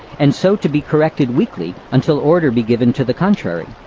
and so to be corrected weekly, until order be given to the contrary.